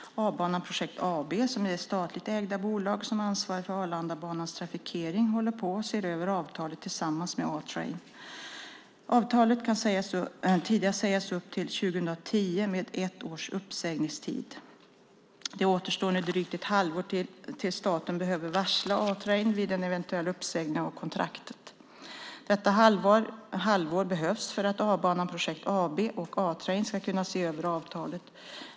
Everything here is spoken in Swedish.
A-Banan Projekt AB, som är det statligt ägda bolag som ansvarar för Arlandabanans trafikering, håller på att se över avtalet tillsammans med A-Train. Avtalet kan tidigast sägas upp till 2010 med ett års uppsägningstid. Det återstår nu drygt ett halvår tills staten behöver varsla A-Train vid en eventuell uppsägning av kontraktet. Detta halvår behövs för att A-Banan Projekt AB och A-Train ska hinna se över avtalet.